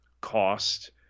cost